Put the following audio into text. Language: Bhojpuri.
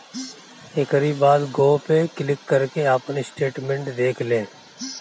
एकरी बाद गो पे क्लिक करके आपन स्टेटमेंट देख लें